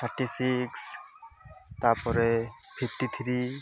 thirty six ତା'ପରେ fifty three